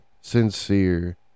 sincere